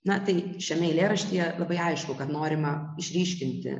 na tai šiame eilėraštyje labai aišku kad norima išryškinti